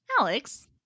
Alex